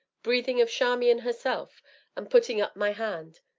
breathing of charmian herself and putting up my hand,